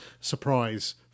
surprise